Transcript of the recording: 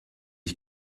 ich